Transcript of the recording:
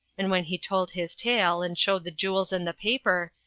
and when he told his tale and showed the jewels and the paper,